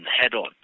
head-on